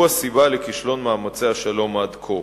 הוא הסיבה לכישלון מאמצי השלום עד כה.